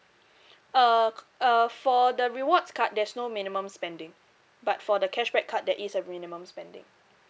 uh uh for the rewards card there's no minimum spending but for the cashback card there is a minimum spending